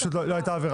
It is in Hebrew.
לא הייתה עבירה.